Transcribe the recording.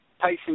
Tyson